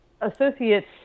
associates